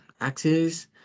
access